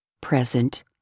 present